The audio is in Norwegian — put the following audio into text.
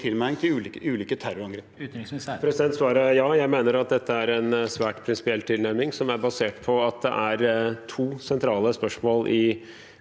til ulike terrorangrep?